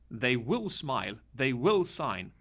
they will smile, they will sign,